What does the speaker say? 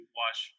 wash